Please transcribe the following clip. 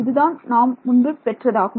இதுதான் நாம் முன்பு பெற்றதாகும்